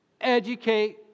Educate